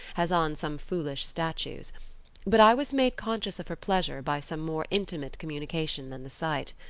as on some foolish statue's but i was made conscious of her pleasure by some more intimate communication than the sight.